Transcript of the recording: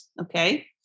okay